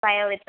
biology